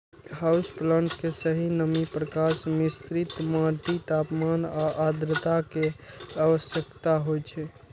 house plant कें सही नमी, प्रकाश, मिश्रित माटि, तापमान आ आद्रता के आवश्यकता होइ छै